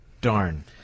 Darn